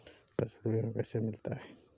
फसल बीमा कैसे मिलता है?